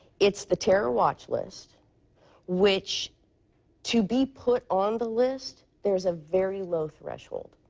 it's the terror watch list which to be put on the list there is a very low threshold.